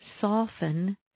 soften